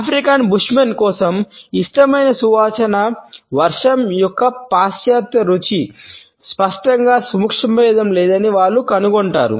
African bushmen కోసం ఇష్టమైన సువాసన వర్షం మరియు పాశ్చాత్య రుచి స్పష్టంగా సూక్ష్మభేదం లేదని వారు కనుగొంటారు